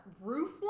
roof